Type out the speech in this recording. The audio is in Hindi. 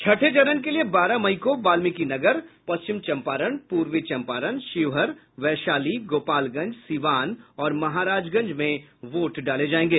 छठे चरण के लिए बारह मई को वाल्मीकिनगर पश्चिम चंपारण पूर्वी चंपारण शिवहर वैशाली गोपालगंज सीवान और महाराजगंज में वोट डाले जायेंगे